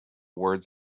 words